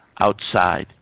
outside